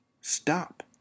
stop